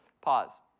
Pause